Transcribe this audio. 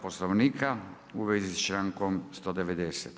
Poslovnika u vezi s člankom 190.